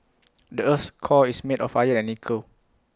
the Earth's core is made of iron and nickel